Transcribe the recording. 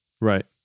right